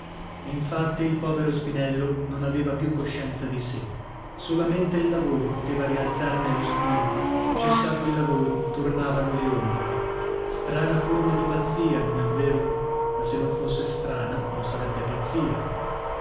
infatti il povero spinello non aveva più coscienza di sè solamente il lavoro poteva rialzarne lo spirito cessato il lavoro tornavano le ombre strana forma di pazzia non è vero ma se non fosse strana non sarebbe pazzia